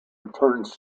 returns